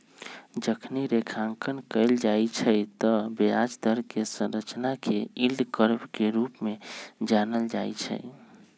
जखनी रेखांकन कएल जाइ छइ तऽ ब्याज दर कें संरचना के यील्ड कर्व के रूप में जानल जाइ छइ